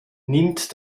nimmt